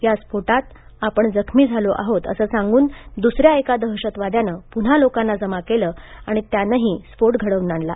या स्फोटात आपण जखमी झालो आहोत असे सांगून दुसऱ्या एका दहशतवाद्याने पुन्हा लोकांना जमा केले आणि त्यानेही स्फोट घडवला